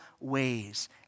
ways